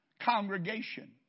congregation